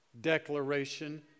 declaration